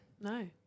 No